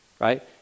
right